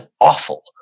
awful